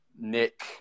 Nick